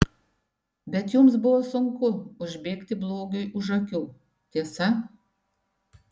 bet jums buvo sunku užbėgti blogiui už akių tiesa